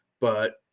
but-